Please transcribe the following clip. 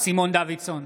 סימון דוידסון,